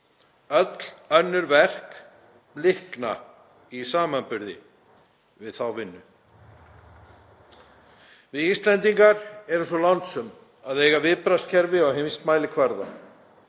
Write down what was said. Öll önnur verk blikna í samanburði við þá vinnu. Við Íslendingar erum svo lánsöm að eiga viðbragðskerfi á heimsmælikvarða.